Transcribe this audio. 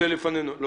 נעמה, אני